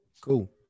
Cool